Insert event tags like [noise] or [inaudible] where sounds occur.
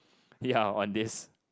ya [laughs] on this